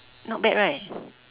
not bad right